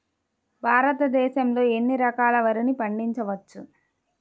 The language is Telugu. భారతదేశంలో ఎన్ని రకాల వరిని పండించవచ్చు